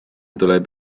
tuleb